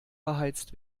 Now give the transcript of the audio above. beheizt